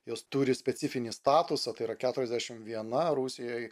jos turi specifinį statusą tai yra keturiasdešim viena rusijoje